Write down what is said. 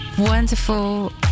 wonderful